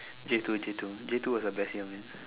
J two J two J two was the best year man